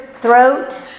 throat